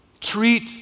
Treat